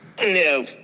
No